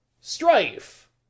Strife